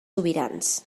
sobirans